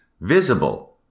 visible